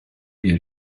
ear